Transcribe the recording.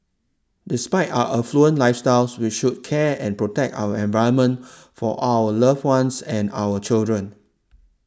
despite our affluent lifestyles we should care and protect our environment for our loved ones and our children